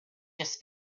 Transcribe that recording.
just